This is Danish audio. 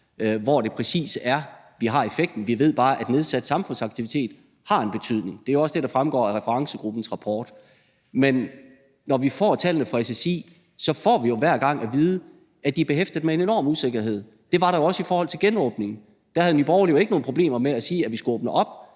hvor det præcis er, vi har effekten, men vi ved bare, at en nedsat samfundsaktivitet har en betydning, og det er jo også det, der fremgår af referencegruppens rapport. Men når vi får tallene fra SSI, får vi jo hver gang at vide, at de er behæftet med en enorm usikkerhed. Det var der jo også i forhold til genåbningen. Da havde Nye Borgerlige jo ikke nogen problemer med at sige, at vi skulle åbne op,